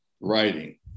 writing